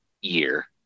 year